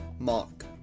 mark